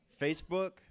Facebook